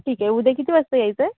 ठीकए उद्या किती वाजता यायचंय